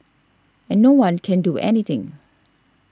and no one can do anything